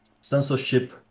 censorship